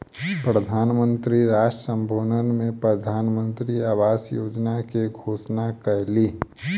प्रधान मंत्री राष्ट्र सम्बोधन में प्रधानमंत्री आवास योजना के घोषणा कयलह्नि